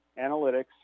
analytics